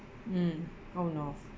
mm oh no